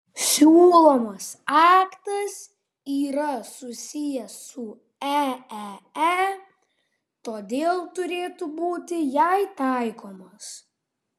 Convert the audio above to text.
siūlomas aktas yra susijęs su eee todėl turėtų būti jai taikomas